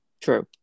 True